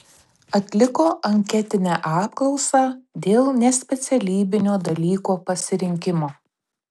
atliko anketinę apklausą dėl nespecialybinio dalyko pasirinkimo